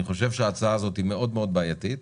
אני חושב שההצעה הזאת מאוד מאוד בעייתית.